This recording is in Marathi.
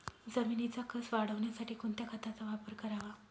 जमिनीचा कसं वाढवण्यासाठी कोणत्या खताचा वापर करावा?